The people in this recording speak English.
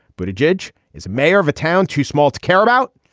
but a judge is mayor of a town too small to care about,